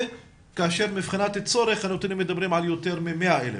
כאשר מבחינת הצורך אנחנו מדברים על יותר מ-100,000,